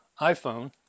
iPhone